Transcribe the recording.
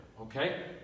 okay